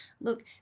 Look